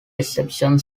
exception